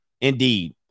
indeed